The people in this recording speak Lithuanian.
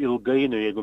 ilgainiui jeigu